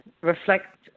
Reflect